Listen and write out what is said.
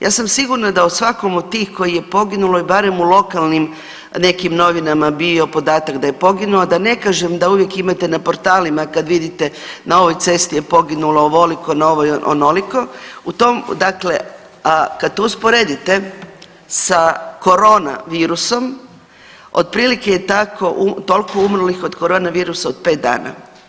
Ja sam sigurna da u svakom od tih koji je poginuo je barem u lokalnim nekim novinama bio podataka da je poginuo, a da ne kažem da uvijek imate na portalima kad vidite na ovoj cesti je poginulo ovoliko, na ovoj onoliko, u tom dakle kad to usporedite sa korona virusom otprilike je toliko umrlih od korona virusa u 5 dana.